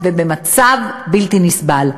ובמצב בלתי נסבל.